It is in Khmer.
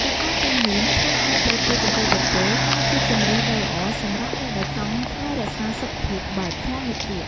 កត្តាទាំងនេះធ្វើឲ្យប្រទាលកន្ទុយក្រពើក្លាយជាជម្រើសដ៏ល្អសម្រាប់អ្នកដែលចង់ថែរក្សាសុខភាពបែបធម្មជាតិ។